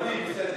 ועדת הפנים,